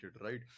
Right